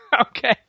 Okay